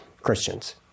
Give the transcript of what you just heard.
Christians